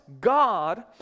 God